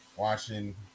watching